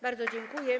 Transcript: Bardzo dziękuję.